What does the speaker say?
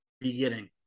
beginning